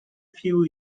few